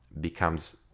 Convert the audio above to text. becomes